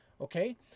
Okay